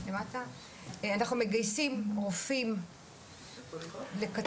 מגייסים רופאים לכתבות.